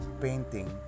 painting